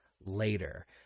later